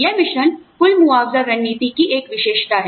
यह मिश्रण कुल मुआवजा रणनीति की एक विशेषता है